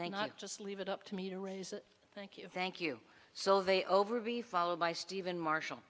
not just leave it up to me to raise thank you thank you so they over be followed by stephen marshall